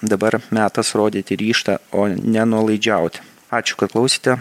dabar metas rodyti ryžtą o nenuolaidžiaut ačiū kad klausėte